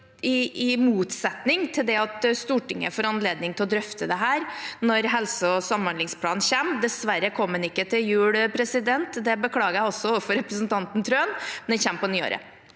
i motsetning til det at Stortinget får anledning til å drøfte dette når helse- og samhandlingsplanen kommer. Dessverre kom den ikke til jul, og det beklager jeg også overfor representanten Trøen, men den kommer på nyåret.